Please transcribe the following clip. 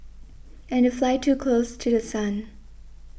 and they fly too close to The Sun